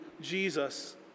Jesus